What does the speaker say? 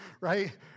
right